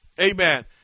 amen